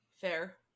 Fair